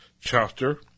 chapter